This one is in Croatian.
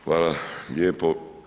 Hvala lijepo.